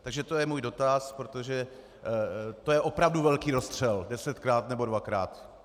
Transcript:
Takže to je můj dotaz, protože to je opravdu velký rozstřel desetkrát, nebo dvakrát.